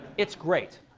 it's great.